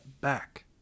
back